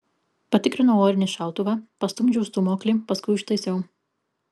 patikrinau orinį šautuvą pastumdžiau stūmoklį paskui užtaisiau